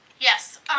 Yes